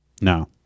No